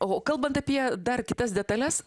o kalbant apie dar kitas detales